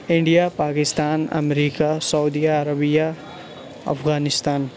India Pakistan امریکہ سعودیہ عربیہ افغانستان